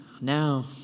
now